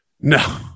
No